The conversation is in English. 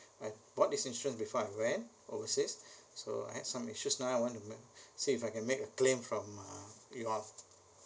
uh bought this insurance before I went overseas so I had some issues now I want to make see if I can make a claim from uh you all